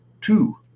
two